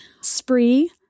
Spree